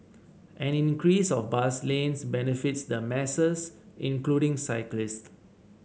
an increase of bus lanes benefits the masses including cyclists